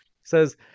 says